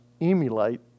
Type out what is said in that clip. emulate